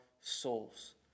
souls